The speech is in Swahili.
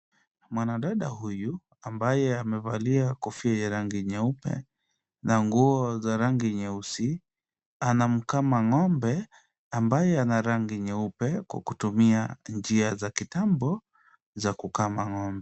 Mwanadada huyu ambaye amevalia kofia ya rangi nyeupe, na nguo za rangi nyeusi, anamkama ng'ombe ambaye ana rangi nyeupe kwa kutumia njia za kitambo za kukama ng'ombe.